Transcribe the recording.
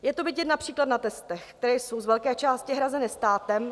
Je to vidět například na testech, které jsou z velké části hrazeny státem.